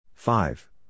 Five